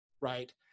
right